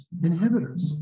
inhibitors